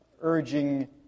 urging